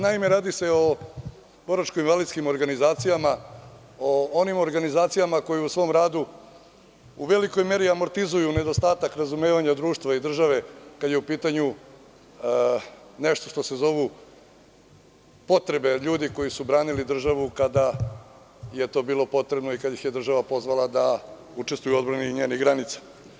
Naime, radi se o boračko-invalidskim organizacija, o onim organizacijama koje u svom radu u velikoj meri amortizuju nedostatak razumevanja društva i države kada je u pitanju nešto što se zove potrebe ljudi koji su branili državu kada je to bilo potrebno i kada ih je država pozvala da učestvuju u odbrani njenih granica.